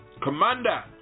Commander